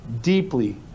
deeply